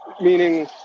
meaning